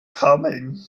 coming